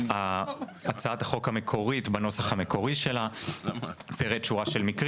הצעת החוק המקורית בנוסח המקורי שלה מתארת שורה של מקרים